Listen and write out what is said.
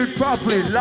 properly